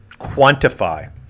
quantify